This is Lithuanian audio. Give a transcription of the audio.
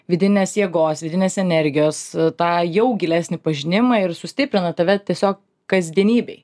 vidinės jėgos vidinės energijos tą jau gilesnį pažinimą ir sustiprina tave tiesiog kasdienybėj